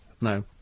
No